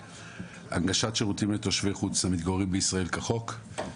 הנגשת שירותים לתושבי חוץ המתגוררים בישראל כחוק.